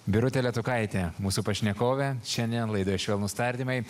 birutė letukaitė mūsų pašnekovė šiandien laidoje švelnūs tardymai